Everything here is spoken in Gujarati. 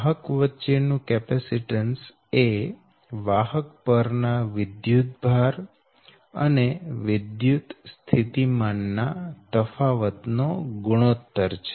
વાહક વચ્ચે નું કેપેસીટન્સ એ વાહક પર ના વિદ્યુતભાર અને વિદ્યુત સ્થિતિમાન ના તફાવત નો ગુણોત્તર છે